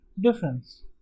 difference